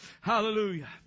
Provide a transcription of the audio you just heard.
Hallelujah